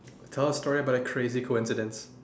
tell a story about a crazy coincidence